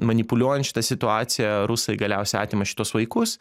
manipuliuojan šita situacija rusai galiausiai atima šituos vaikus